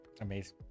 Amazing